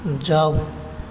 جاؤ